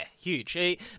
huge